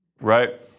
Right